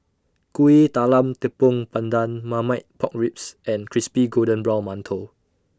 Kuih Talam Tepong Pandan Marmite Pork Ribs and Crispy Golden Brown mantou